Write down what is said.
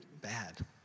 bad